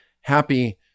happy